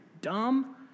dumb